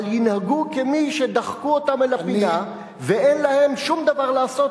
אבל ינהגו כמי שדחפו אותם אל הפינה ואין להם שום דבר לעשות